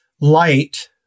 Light